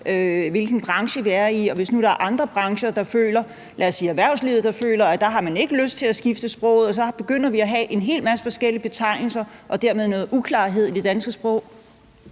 hvilken branche vi er i, og hvis nu der er andre brancher, der føler, at de ikke har lyst til at skifte sproget, så begynder vi at have en hel masse forskellige betegnelser og dermed noget uklarhed i det danske sprog?